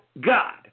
God